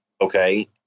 Okay